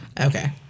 Okay